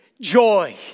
Joy